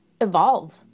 evolve